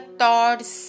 thoughts